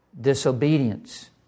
disobedience